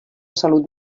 salut